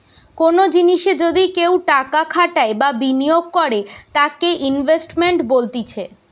কোনো জিনিসে যদি কেও টাকা খাটাই বা বিনিয়োগ করে তাকে ইনভেস্টমেন্ট বলতিছে